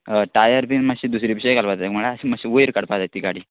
अ tyre बीन माश्शे दुसरे भशे घालपा जाय म्हाका माश्शी वयर काडपा जाय ती गाडी